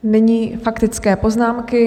Nyní faktické poznámky.